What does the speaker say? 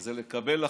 היא לקבל החלטות,